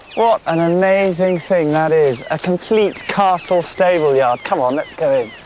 what an amazing thing that is a complete castle stable-yard. come on, let's go in.